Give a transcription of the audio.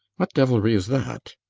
what devilry is that?